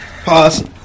Pause